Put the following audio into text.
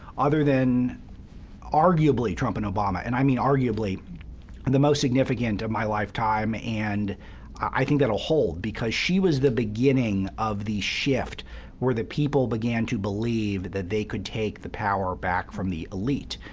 other than arguably trump and obama and i mean arguably and the most significant of my lifetime. and i think that will hold, because she was the beginning of the shift where the people began to believe that they could take the power back from the elite.